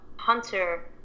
hunter